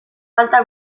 falta